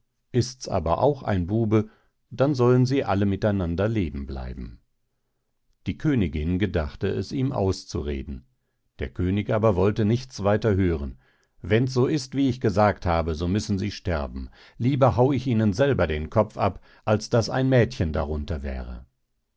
ists aber auch ein bube dann sollen sie alle miteinander leben bleiben die königin gedachte es ihm auszureden der könig wollte aber nichts weiter hören wenns so ist wie ich gesagt habe so müssen sie sterben lieber hau ich ihnen selber den kopf ab als daß ein mädchen darunter wäre